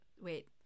wait